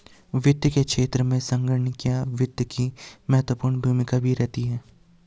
वित्त के क्षेत्र में संगणकीय वित्त की महत्वपूर्ण भूमिका भी रही है